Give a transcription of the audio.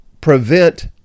prevent